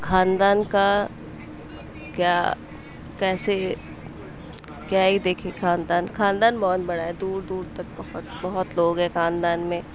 خاندان کا کیا کیسے کیا ہی دیکھیں خاندان خاندان بہت بڑا ہے دور دور تک بہت بہت لوگ ہیں خاندان میں